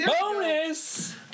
Bonus